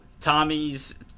tommy's